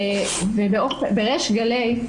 בריש גלי,